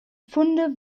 funde